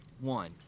One